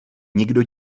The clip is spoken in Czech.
nikdo